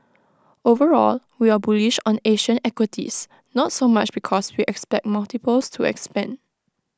overall we are bullish on Asian equities not so much because we expect multiples to expand